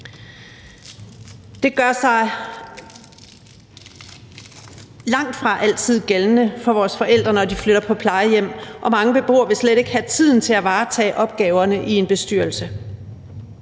Det gør sig langt fra altid gældende for vores forældre, når de flytter på plejehjem, og mange beboere vil slet ikke have tiden til at varetage opgaverne i en bestyrelse.